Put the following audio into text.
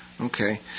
Okay